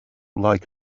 like